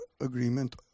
agreement